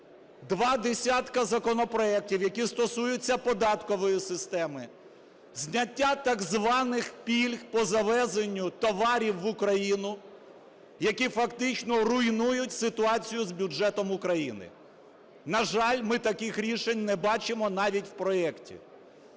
два десятки законопроектів, які стосуються податкової системи, зняття так званих "пільг" по завезенню товарів в Україну, які фактично руйнують ситуацію з бюджетом України. На жаль, ми таких рішень не бачимо навіть в проекті.